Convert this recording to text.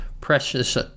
Precious